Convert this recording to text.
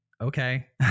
okay